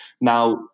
Now